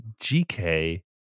gk